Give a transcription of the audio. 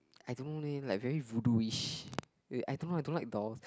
I don't know leh like very voodoo-ish I don't I don't like dolls